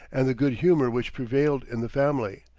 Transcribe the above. and the good humor which prevailed in the family,